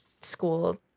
school